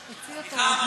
סליחה,